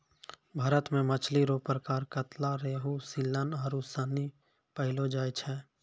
भारत मे मछली रो प्रकार कतला, रेहू, सीलन आरु सनी पैयलो जाय छै